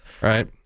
right